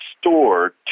store